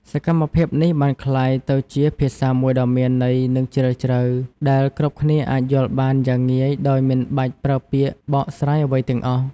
សកម្មភាពនេះបានក្លាយទៅជាភាសាមួយដ៏មានន័យនិងជ្រាលជ្រៅ ដែលគ្រប់គ្នាអាចយល់បានយ៉ាងងាយដោយមិនបាច់ប្រើពាក្យបកស្រាយអ្វីទាំងអស់។